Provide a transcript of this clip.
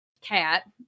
cat